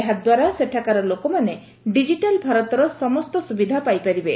ଏହା ଦ୍ୱାରା ସେଠାକାର ଲୋକମାନେ ଡିଜିଟାଲ୍ ଭାରତର ସମସ୍ତ ସୁବିଧା ପାଇପାରିବେ